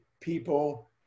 people